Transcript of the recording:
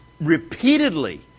repeatedly